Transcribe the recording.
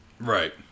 Right